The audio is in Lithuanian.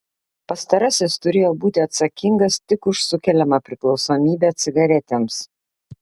pastarasis turėjo būti atsakingas tik už sukeliamą priklausomybę cigaretėms